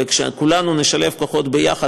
וכשכולנו נשלב כוחות יחד,